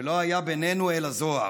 "ולא היה בינינו אלא זוהר",